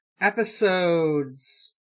Episodes